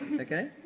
Okay